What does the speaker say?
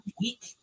weak